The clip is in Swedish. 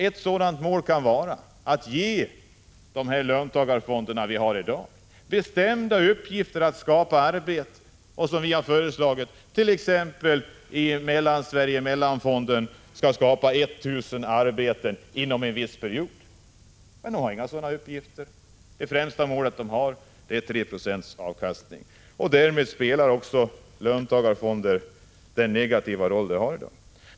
Ett sådant mål kan vara att ge de löntagarfonder vi har i dag den bestämda uppgiften att skapa arbeten och att, som vi har föreslagit, t.ex. Mellanfonden får i uppgift att skapa 1 000 arbeten inom en viss period. Men de har inga sådana uppgifter. Det främsta målet är 3 70 avkastning. Därmed spelar också fonderna en negativ roll.